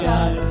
God